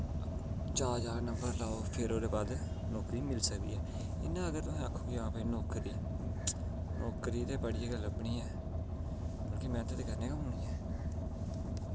जादै जादै नंबर लैओ फिर ओह्दे बाद नौकरी मिली सकदी ऐ इयां तुस आक्खो के हां भाई नौकरी ते पढ़ियै गै लब्भनी ऐ मतलव कि मैह्नत दे करनी गै पौनी ऐ